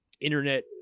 internet